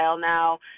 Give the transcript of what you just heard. now